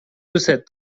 دوستت